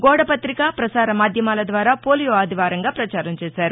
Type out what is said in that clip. గోడ పత్తిక పసార మాధ్యమాల ద్వారా పోలియో ఆదివారంగా ప్రచారం చేశారు